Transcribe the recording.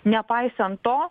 nepaisant to